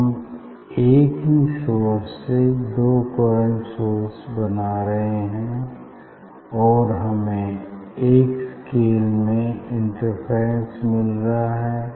हम एक ही सोर्स से दो कोहेरेंट सोर्स बना रहे हैं और हमें एक स्केल में इंटरफेरेंस मिल रहा है